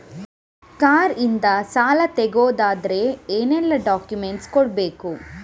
Car ಇಂದ ಸಾಲ ತಗೊಳುದಾದ್ರೆ ಏನೆಲ್ಲ ಡಾಕ್ಯುಮೆಂಟ್ಸ್ ಕೊಡ್ಬೇಕು?